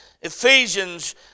Ephesians